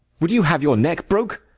would you have your neck broke?